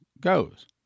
goes